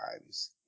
times